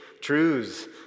Truths